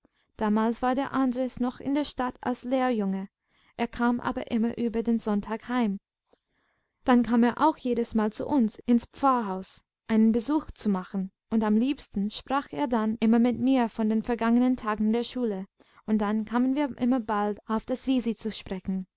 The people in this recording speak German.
damals war der andres noch in der stadt als lehrjunge er kam aber immer über den sonntag heim dann kam er auch jedesmal zu uns ins pfarrhaus einen besuch zu machen und am liebsten sprach er dann immer mit mir von den vergangenen tagen der schule und dann kamen wir immer bald auf das wisi zu sprechen